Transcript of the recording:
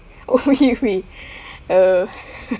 oh maybe uh